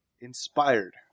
Inspired